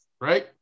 right